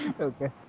Okay